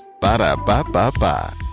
Ba-da-ba-ba-ba